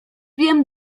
wiem